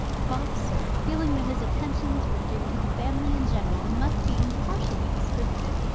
boxer, feeling that his attentions were due to the family in general, and must be impartially distributed,